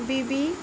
বিবি